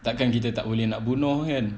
takkan kita tak boleh nak bunuh kan